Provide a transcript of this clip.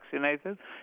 vaccinated